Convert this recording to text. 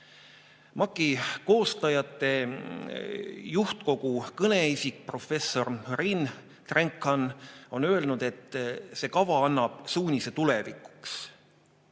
MAK-i koostajate juhtkogu kõneisik professor Rein Drenkhan on öelnud, et see kava annab suunise tulevikuks.